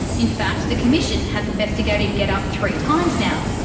in fact, the commission has investigated getup three times now.